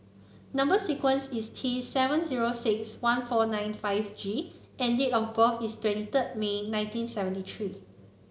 number sequence is T seven zero six one four nine five G and date of birth is twenty third May nineteen seventy three